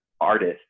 artist